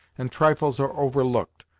and trifles are overlooked,